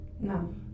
No